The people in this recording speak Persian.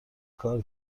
کار